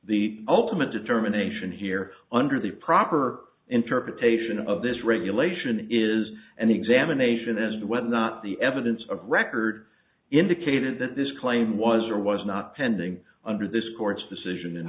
the ultimate determination here under the proper interpretation of this regulation is an examination as to whether or not the evidence of record indicated that this claim was or was not pending under this court's decision in